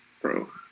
bro